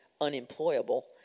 unemployable